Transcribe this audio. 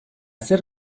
zer